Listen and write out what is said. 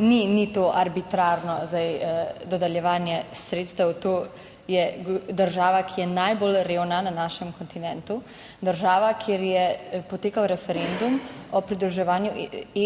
Ni to arbitrarno zdaj dodeljevanje sredstev. To je država, ki je najbolj revna na našem kontinentu. Država, kjer je potekal referendum o pridruževanju